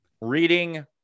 reading